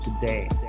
today